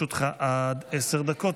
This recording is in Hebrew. בקריאה הטרומית ותעבור לוועדת העבודה